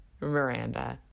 Miranda